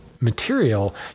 material